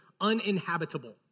uninhabitable